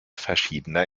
verschiedener